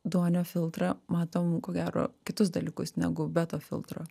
duonio filtrą matom ko gero kitus dalykus negu be to filtro